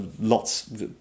lots